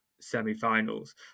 semi-finals